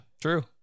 True